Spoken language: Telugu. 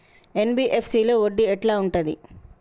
ఎన్.బి.ఎఫ్.సి లో వడ్డీ ఎట్లా ఉంటది?